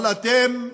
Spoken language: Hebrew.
אבל אתם,